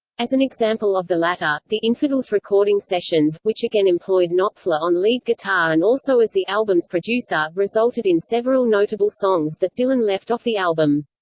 as an example of the latter, the infidels recording sessions, which again employed knopfler on lead guitar and also as the album's producer, resulted in several notable songs that dylan left off the album.